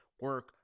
Work